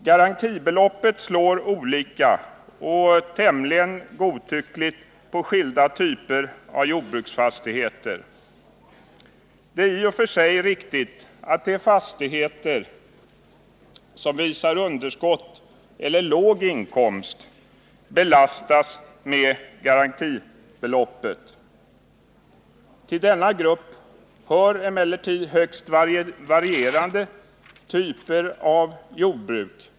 Garantibeloppet slår olika och tämligen godtyckligt på skilda typer av jordbruksfastigheter. Det är i och för sig riktigt att de fastigheter som visar underskott eller låg inkomst belastas med garantibeloppet. Till denna grupp hör emellertid högst varierande typer av jordbruk.